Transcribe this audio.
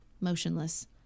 motionless